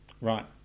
Right